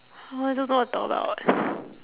oh I don't know what to talk about eh